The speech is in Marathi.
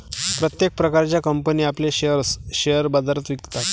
प्रत्येक प्रकारच्या कंपनी आपले शेअर्स शेअर बाजारात विकतात